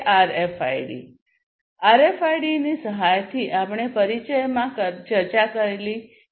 આરએફઆઈડીની સહાયથી આપણે પરિચયમાં ચર્ચા કરેલી કે